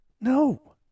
No